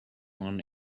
one